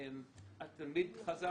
התלמיד חזר